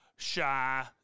Shy